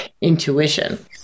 intuition